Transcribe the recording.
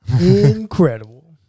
Incredible